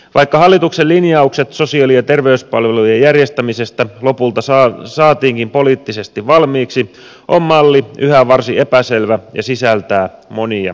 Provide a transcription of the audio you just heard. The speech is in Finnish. vaikka hallituksen linjaukset sosiaali ja terveyspalvelujen järjestämisestä lopulta saatiinkin poliittisesti valmiiksi on malli yhä varsin epäselvä ja sisältää monia kysymyksiä